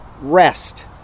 rest